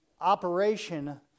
operation